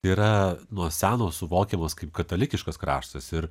yra nuo seno suvokiamas kaip katalikiškas kraštas ir